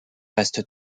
reste